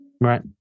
Right